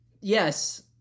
yes